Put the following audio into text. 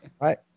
right